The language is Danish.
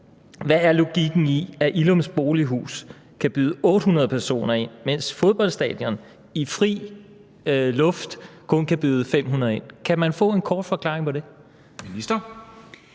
Hvad er logikken i, at Illums Bolighus kan byde 800 personer ind, mens et fodboldstadion, hvor man jo er i fri luft, kun kan byde 500 ind? Kan man få en kort forklaring på det?